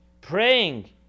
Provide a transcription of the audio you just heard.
Praying